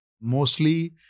Mostly